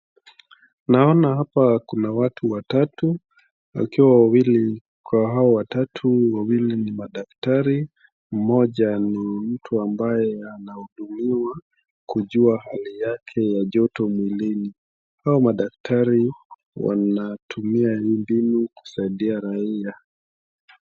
Naona hapa kuna watu watatu wakiwa wawili kwa hao watatu, wawili ni madaktari, mmoja ni mtu ambaye anahudumiwa kujua hali yake ya joto mwilini. Hao madaktari wanatumia hii mbinu kusaidia raia.